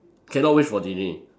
cannot wish for genie